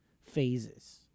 phases